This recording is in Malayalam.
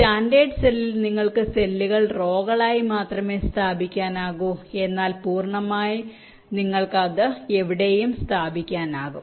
സ്റ്റാൻഡേർഡ് സെല്ലിൽ നിങ്ങൾക്ക് സെല്ലുകൾ റോകളായി മാത്രമേ സ്ഥാപിക്കാനാകൂ എന്നാൽ പൂർണ്ണമായി നിങ്ങൾക്ക് എവിടെയും അവ സ്ഥാപിക്കാനാകും